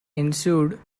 ensued